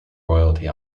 royalty